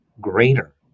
greater